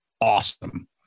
awesome